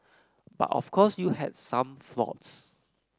but of course you had some flops